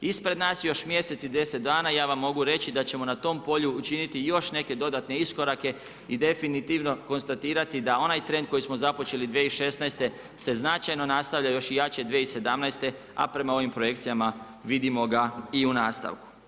Ispred nas je još mjesec i deset dana i ja vam mogu reći da ćemo na tom polju učiniti još neke dodatne iskorake i definitivno konstatirati da onaj trend koji smo započeli 2016. se značajno nastavlja još i jače 2017., a prema projekcijama vidimo ga i u nastavku.